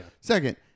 Second